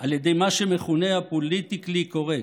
על ידי מה שמכונה הפוליטיקלי קורקט.